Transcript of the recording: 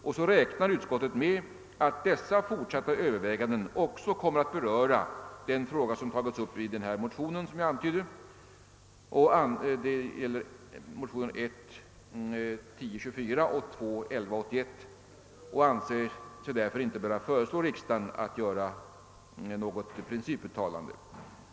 Vidare räknar utskottet med att dessa fortsatta överväganden också kommer att beröra den fråga som har tagits upp i det motionspar som jag antydde, motionsparet I: 1024 och II: 1181, och anser sig därför inte böra föreslå riksdagen att göra något principuttalande.